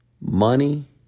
money